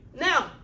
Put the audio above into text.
now